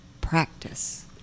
practice